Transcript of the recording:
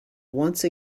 once